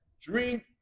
drink